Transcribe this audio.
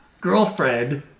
girlfriend